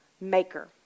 maker